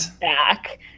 back